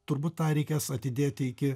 turbūt tą reikės atidėti iki